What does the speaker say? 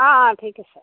অঁ অঁ ঠিক আছে